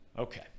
Okay